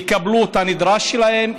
יקבלו את הנדרש להם,